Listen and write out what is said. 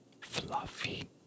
fluffy